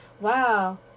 Wow